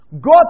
God